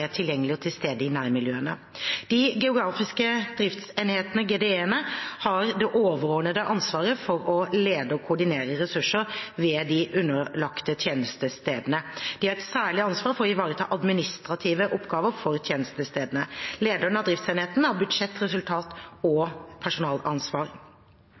tilgjengelig og til stede i nærmiljøene. De geografiske driftsenhetene, GDE-ene, har det overordnede ansvaret for å lede og koordinere ressurser ved de underlagte tjenestestedene. De har et særlig ansvar for å ivareta administrative oppgaver for tjenestestedene. Lederen av driftsenheten har budsjett-, resultat-